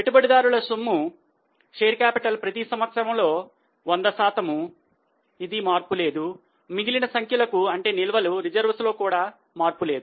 పెట్టుబడిదారుల సొమ్ములో మార్పు లేదు